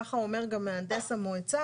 ככה אומר גם מהנדס המועצה,